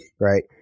right